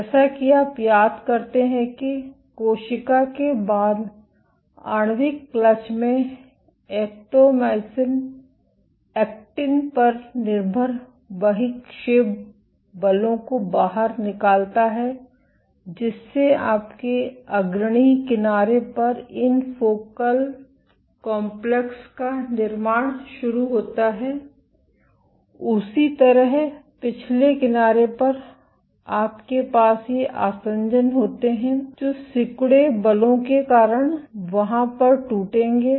जैसा कि आप याद करते हैं कि कोशिका के बाद आणविक क्लच में एक्टोमीसिन एक्टिन पर निर्भर बहिक्षेप बलों को बाहर निकालता है जिससे आपके अग्रणी किनारे पर इन फोकल कॉम्प्लेक्स का निर्माण शुरू होता है उसी तरह पिछले किनारे पर आपके पास ये आसंजन होते हैं जो सिकुड़े बलों के कारण वहाँ पर टूटेंगे